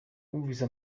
wumvise